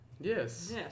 Yes